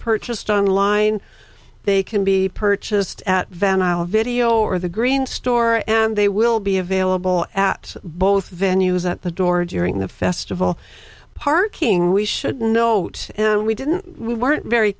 purchased on line they can be purchased at van isle video or the green store and they will be available at both venue's at the door during the festival parking we should note we didn't we weren't very